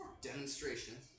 demonstration